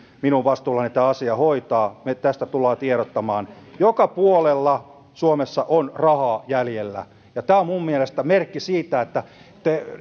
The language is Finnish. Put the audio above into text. minun vastuullani tämä asia hoitaa että tästä tullaan tiedottamaan joka puolella suomessa on rahaa jäljellä tämä on minun mielestäni merkki siitä